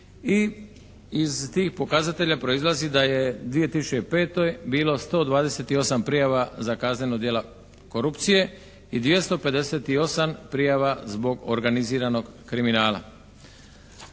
iz tih pokazatelja proizlazi da je u 2005. bilo 128 prijava za kaznena djela korupcije i 258 prijava zbog organiziranog kriminala.